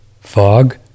fog